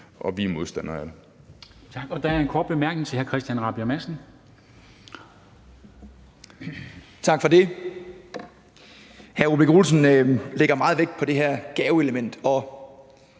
og vi er modstandere af det.